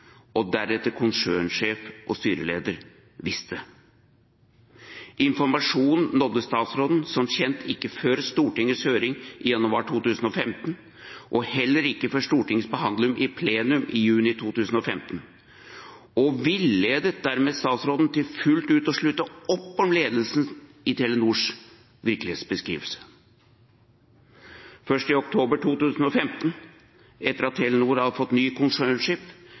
som deretter konsernsjef og styreleder visste om. Informasjonen nådde som kjent ikke statsråden før Stortingets høring i januar 2015 og heller ikke før Stortingets behandling i plenum i juni 2015 og villedet dermed statsråden til fullt ut å slutte fullt ut opp om ledelsen i Telenors virkelighetsbeskrivelse. Først i oktober 2015, etter at Telenor hadde fått ny